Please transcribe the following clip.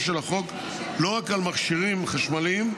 של החוק לא רק על מכשירים חשמליים,